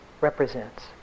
represents